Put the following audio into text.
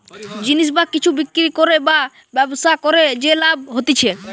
জিনিস বা কিছু বিক্রি করে বা ব্যবসা করে যে লাভ হতিছে